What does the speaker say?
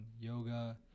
yoga